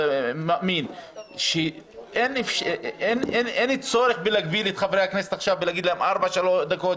אני מאמין שאין צורך להגביל את חברי הכנסת ולהגיד להם: ארבע דקות,